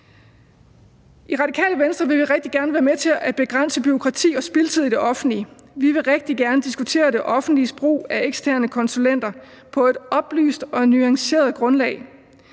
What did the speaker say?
I Radikale Venstre vil vi rigtig gerne være med til at begrænse bureaukrati og spildtid i det offentlige. Vi vil rigtig gerne diskutere det offentliges brug af eksterne konsulenter på et oplyst og nuanceret grundlag.